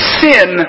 sin